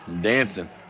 dancing